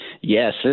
Yes